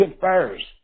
first